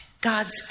God's